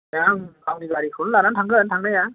दा आं आंनि गारिखौनो लाना थांगोन थांनाया